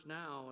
now